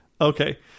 okay